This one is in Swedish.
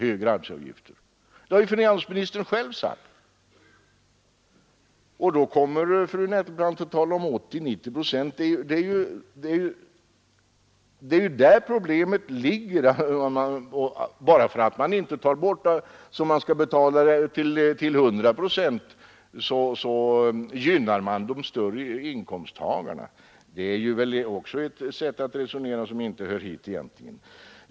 Då kommer fru Nettelbrandt och talar om 80-procentsregeln, och hon säger att man gynnar de högre inkomsttagarna genom att inte ta ut skatt upp till 100 procent. Det är väl ett sätt att resonera som inte egentligen hör hit.